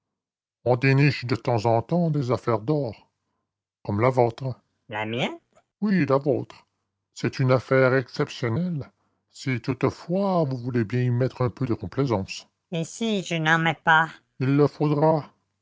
on déniche de temps en temps des affaires d'or comme la vôtre la mienne oui la vôtre c'est une affaire exceptionnelle si toutefois vous voulez bien y mettre un peu de complaisance et si je n'en mets pas il le faudra